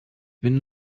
bin